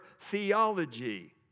theology